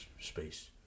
Space